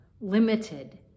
limited